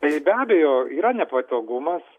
tai be abejo yra nepatogumas